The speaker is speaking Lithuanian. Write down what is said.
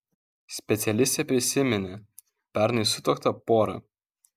specialistė prisiminė pernai sutuoktą porą